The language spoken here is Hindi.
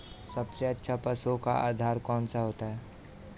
सबसे अच्छा पशुओं का आहार कौन सा होता है?